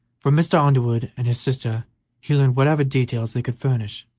from mr. underwood and his sister he learned whatever details they could furnish,